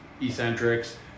eccentrics